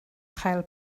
chael